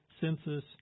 census